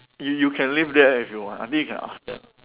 you you can live there if you want I mean you can ask them